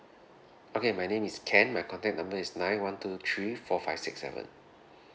okay my name is ken my contact number is nine one two three four five six seven